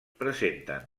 presenten